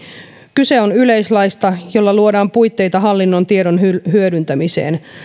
kyse on yleislaista jolla luodaan puitteita hallinnon tiedon hyödyntämiseen